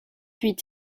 huit